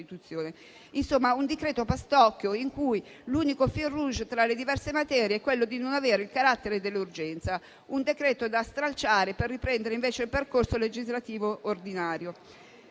Insomma, è un decreto pastrocchio in cui l'unico *fil rouge* tra le diverse materie è quello di non avere il carattere dell'urgenza; un decreto da stralciare per riprendere invece il percorso legislativo ordinario.